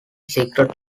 secret